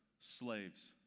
slaves